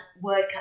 word